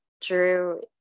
Drew